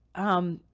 um,